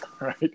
right